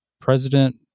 president